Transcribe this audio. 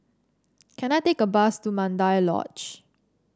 can I take a bus to Mandai Lodge